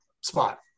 spot